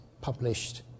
published